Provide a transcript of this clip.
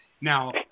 Now